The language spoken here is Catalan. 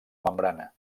membrana